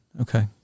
Okay